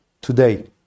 today